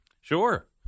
Sure